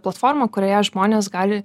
platforma kurioje žmonės gali